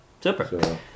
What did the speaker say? super